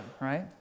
right